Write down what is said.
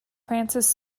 francis